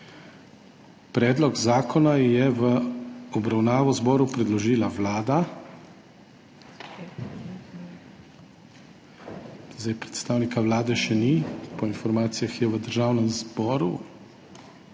Predlog zakona je v obravnavo zboru predložila Vlada. Predstavnika Vlade še ni, po informacijah je v Državnem zboru.